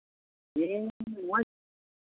ᱦᱮᱸ ᱱᱚᱜᱼᱚᱸᱭ